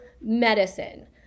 medicine